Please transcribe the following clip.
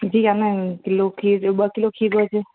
जी आ न किलो खीर ॿ किलो खीर ॾेजो